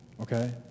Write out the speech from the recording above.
okay